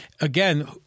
again